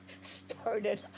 started